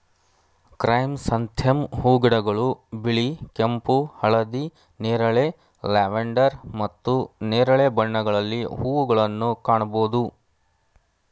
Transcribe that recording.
chrysanthemum ಹೂಗಿಡಗಳು ಬಿಳಿ, ಕೆಂಪು, ಹಳದಿ, ನೇರಳೆ, ಲ್ಯಾವೆಂಡರ್ ಮತ್ತು ನೇರಳೆ ಬಣ್ಣಗಳಲ್ಲಿ ಹೂಗಳನ್ನು ಕಾಣಬೋದು